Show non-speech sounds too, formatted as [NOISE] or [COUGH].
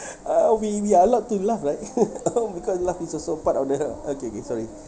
[LAUGHS] a'ah we we are allowed to laugh lah [LAUGHS] [COUGHS] because laugh is also part of the okay okay sorry